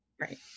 right